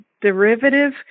derivative